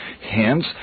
Hence